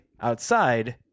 outside